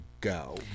go